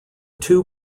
two